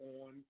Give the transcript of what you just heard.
on